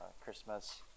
Christmas